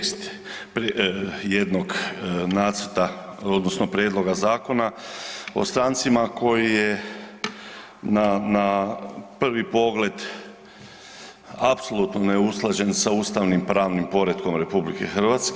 tekst jednog nacrta odnosno prijedloga Zakona o strancima koji je na prvi pogled apsolutno neusklađen sa ustavnopravnim poretkom RH.